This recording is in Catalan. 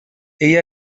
ella